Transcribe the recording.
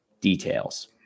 details